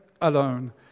alone